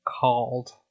Called